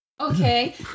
okay